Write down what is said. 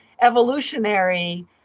evolutionary